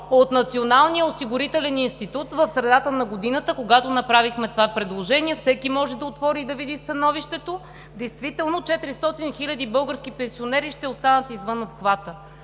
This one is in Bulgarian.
от Националния осигурителен институт в средата на годината, когато направихме това предложение. Всеки може да отвори и да види становището. Действително 400 хиляди български пенсионери ще останат извън обхвата.